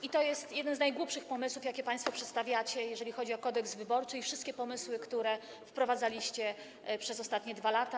I to jest jeden z najgłupszych pomysłów, jakie państwo przedstawiacie, jeżeli chodzi o Kodeks wyborczy i wszystkie pomysły, które wprowadzaliście przez ostatnie 2 lata.